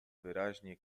wyraźnie